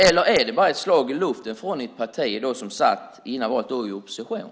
Eller är det bara ett slag i luften från ett parti som före valet satt i opposition?